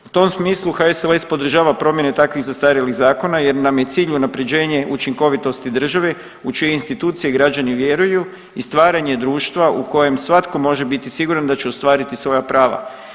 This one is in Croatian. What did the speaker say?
U tom smislu HSLS podržava promjene takvih zastarjelih zakona jer nam je cilj unapređenje učinkovitosti države u čije institucije građani vjeruju i stvaranje društva u kojem svatko biti siguran da će ostvariti svoja prava.